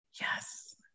Yes